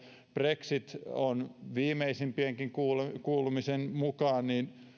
brexit on viimeisimpienkin kuulumisten kuulumisten mukaan